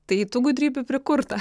tai tų gudrybių prikurta